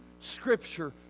Scripture